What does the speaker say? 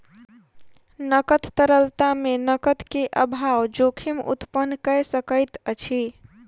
नकद तरलता मे नकद के अभाव जोखिम उत्पन्न कय सकैत अछि